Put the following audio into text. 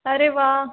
अरे वाह